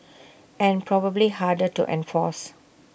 and probably harder to enforce